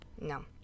No